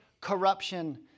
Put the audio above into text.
Corruption